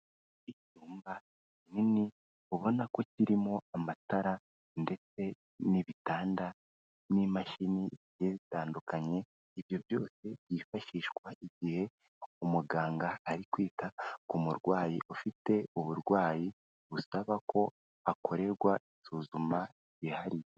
Icyumba kinini ubona ko kirimo amatara ndetse n'ibitanda n'imashini zigiye zitandukanye, ibyo byose byifashishwa igihe umuganga ari kwita ku murwayi ufite uburwayi busaba ko akorerwa isuzuma ryihariye.